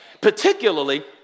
particularly